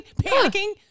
Panicking